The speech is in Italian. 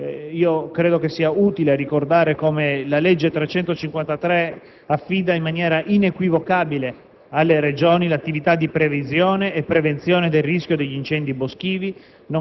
Credo sia utile ricordare come la legge n. 353 affida in maniera inequivocabile alle Regioni l'attività di previsione e prevenzione del rischio degli incendi boschivi,